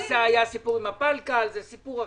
בוורסאי היה סיפור עם הפלקל, זה סיפור אחר.